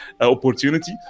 opportunity